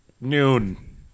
noon